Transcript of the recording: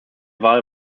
wahl